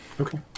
Okay